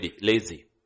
lazy